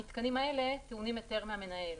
המתקנים האלה טעונים היתר מהמנהל.